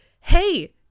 Hey